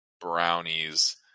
brownies